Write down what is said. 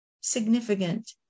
significant